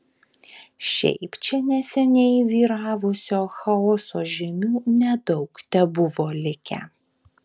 šiaip čia neseniai vyravusio chaoso žymių nedaug tebuvo likę